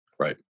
Right